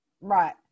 Right